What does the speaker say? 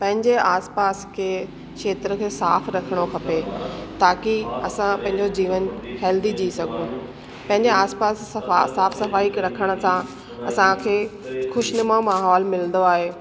पंहिंजे आसपास खे खेत्र खे साफ़ रखिणो खपे ताकी असां पंहिंजो जीवन हैल्दी जी सघूं पंहिंजे आसपास सफ़ा साफ़ सफाई रखण सां असांखे ख़ुशनुमा माहोल मिलंदो आहे